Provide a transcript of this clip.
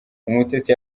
umutesi